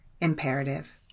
imperative